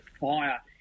fire